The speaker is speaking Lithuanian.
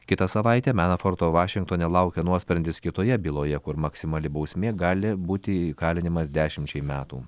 kitą savaitę menaforto vašingtone laukia nuosprendis kitoje byloje kur maksimali bausmė gali būti įkalinimas dešimčiai metų